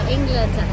England